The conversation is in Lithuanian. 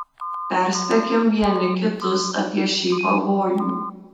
perspėkim vieni kitus apie šį pavojų